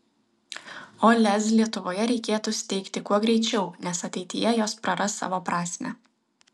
o lez lietuvoje reikėtų steigti kuo greičiau nes ateityje jos praras savo prasmę